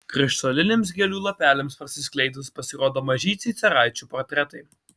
krištoliniams gėlių lapeliams prasiskleidus pasirodo mažyčiai caraičių portretai